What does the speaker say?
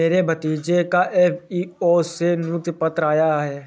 मेरे भतीजे का एफ.ए.ओ से नियुक्ति पत्र आया है